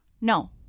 No